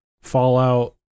Fallout